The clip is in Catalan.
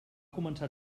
començar